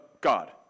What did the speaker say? God